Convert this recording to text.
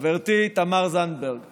חברתי תמר זנדברג